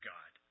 God